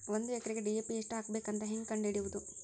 ಒಂದು ಎಕರೆಗೆ ಡಿ.ಎ.ಪಿ ಎಷ್ಟು ಹಾಕಬೇಕಂತ ಹೆಂಗೆ ಕಂಡು ಹಿಡಿಯುವುದು?